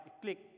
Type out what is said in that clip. click